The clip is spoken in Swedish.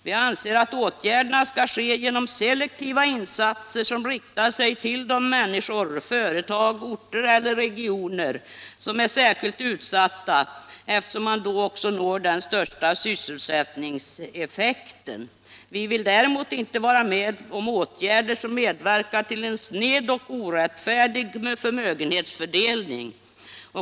Vi anser att åtgärder skall vidtas genom selektiva insatser som riktar sig till de människor, företag, orter eller regioner som är särskilt utsatta, eftersom man därmed också uppnår den — Nr 138 största sysselsättningseffekten. Vi vill däremot inte vara med om åtgärder som medverkar till en sned och orättfärdig förmögenhetsfördelning.